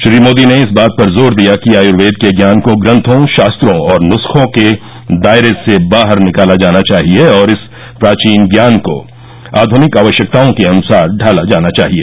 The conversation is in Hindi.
श्री मोदी ने इस बात पर जोर दिया कि आयूर्वेद के ज्ञान को ग्रंथों शास्त्रों और नुस्खों के दायरे से बाहर निकाला जाना चाहिए और इस प्राचीन ज्ञान को आघुनिक आवश्यकताओं के अनुसार ढाला जाना चाहिए